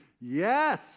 Yes